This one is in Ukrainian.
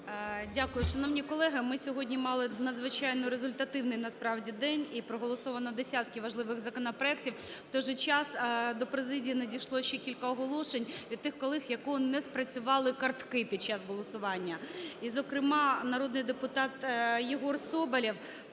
Дякую. Шановні колеги, ми сьогодні мали надзвичайно результативний насправді день, і проголосовано десятки важливих законопроектів. В той же час до президії надійшло ще кілька оголошень від тих колег, у кого не спрацювали картки під час голосування. І зокрема, народний депутат Єгор Соболєв